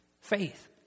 Faith